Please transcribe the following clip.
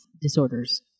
disorders